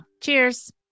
Cheers